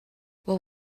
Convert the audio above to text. what